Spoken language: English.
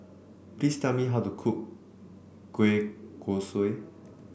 please tell me how to cook Kueh Kosui